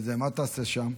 מה תעשה שם?